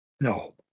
no